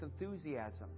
enthusiasm